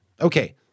Okay